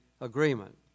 agreement